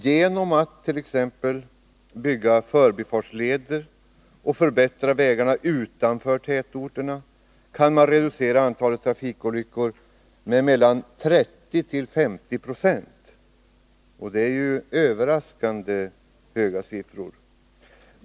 Genom att t.ex. bygga förbifartsleder och förbättra vägar utanför tätorterna kan man reducera antalet trafikolyckor med mellan 30 och 50 26, vilket är överraskande mycket.